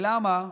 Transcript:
למה?